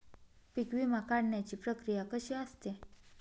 पीक विमा काढण्याची प्रक्रिया कशी असते?